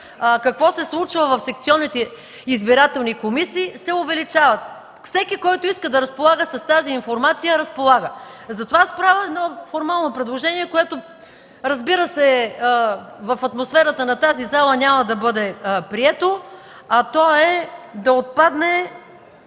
какво се случва в секционните избирателни комисии, се увеличават. Всеки, който иска да разполага с тази информация, разполага. Аз правя едно формално предложение, което, разбира се, в атмосферата на тази зала няма да бъде прието, а то е да отпадне